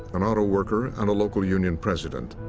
an auto worker and a local union president,